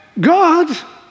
God